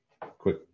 quick